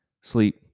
sleep